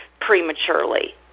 prematurely